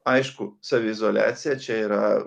aišku saviizoliacija čia yra